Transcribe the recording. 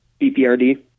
BPRD